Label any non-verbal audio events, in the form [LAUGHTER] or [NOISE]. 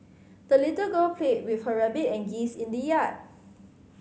the little girl played with her rabbit and geese in the yard [NOISE]